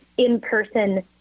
In-person